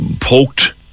poked